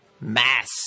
mass